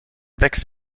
wächst